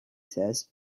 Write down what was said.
says